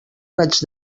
raig